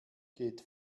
geht